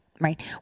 Right